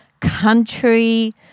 country